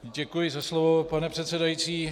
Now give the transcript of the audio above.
Děkuji za slovo, pane předsedající.